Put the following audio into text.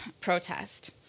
protest